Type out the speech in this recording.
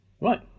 Right